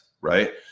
right